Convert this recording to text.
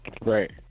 right